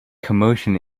commotion